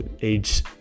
age